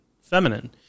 feminine